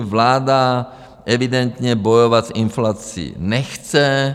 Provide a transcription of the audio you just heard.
Vláda evidentně bojovat s inflací nechce.